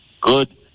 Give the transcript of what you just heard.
Good